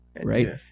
right